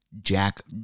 Jack